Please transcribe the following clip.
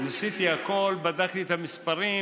ניסיתי הכול, בדקתי את המספרים